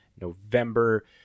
November